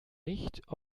nicht